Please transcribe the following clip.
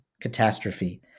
catastrophe